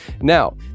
Now